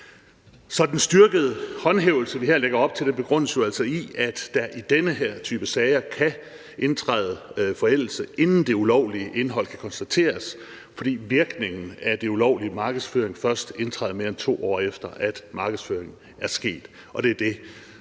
Så den styrkede håndhævelse, vi her lægger op til, begrundes jo altså i, at der i den her type sager kan indtræde forældelse, inden det ulovlige indhold kan konstateres, fordi virkningen af den ulovlige markedsføring først indtræder, mere end 2 år efter at markedsføringen er sket,